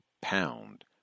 pound